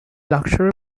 luxury